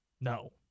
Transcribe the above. No